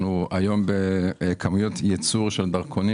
אנחנו היום בכמויות ייצור של דרכונים